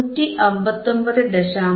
fL 159